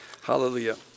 Hallelujah